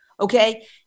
Okay